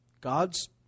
gods